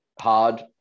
hard